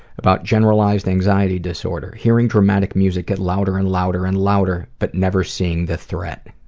about generalized anxiety disorder, hearing dramatic music get louder and louder and louder but never seeing the threat.